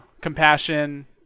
compassion